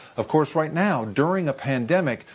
of course, right now, during a pandemic,